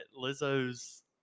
Lizzo's –